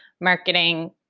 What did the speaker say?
marketing